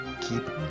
keep